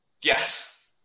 Yes